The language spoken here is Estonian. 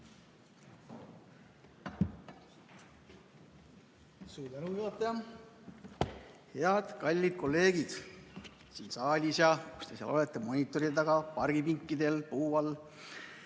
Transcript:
Suur tänu, juhataja! Head kallid kolleegid siin saalis ja kus te seal olete, monitoride taga, pargipinkidel, puu all!